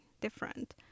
different